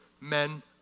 men